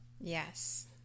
Yes